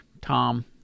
Tom